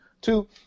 two